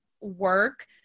work